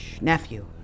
nephew